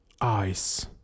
eyes